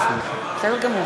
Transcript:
בסדר,